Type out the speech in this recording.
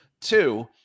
two